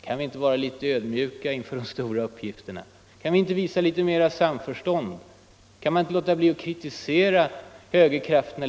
Kan vi inte vara litet ödmjuka inför de stora uppgifterna, sade högern. Kan vi inte visa litet mera samförstånd? Kan man inte låta bli att kritisera högerkrafterna?